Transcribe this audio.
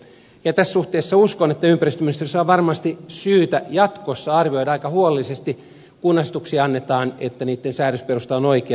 tässä suhteessa uskon että ympäristöministeriössä on varmasti syytä jatkossa arvioida aika huolellisesti kun asetuksia annetaan että niitten säädösperusta on oikea